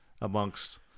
amongst –